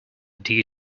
due